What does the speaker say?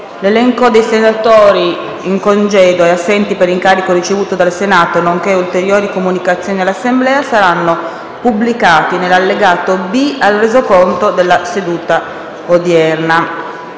L'elenco dei senatori in congedo e assenti per incarico ricevuto dal Senato, nonché ulteriori comunicazioni all'Assemblea saranno pubblicati nell'allegato B al Resoconto della seduta odierna.